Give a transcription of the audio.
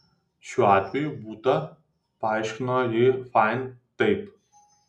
šiuo atveju butą paaiškino ji fain taip